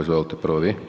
Izvolte, prvo vi.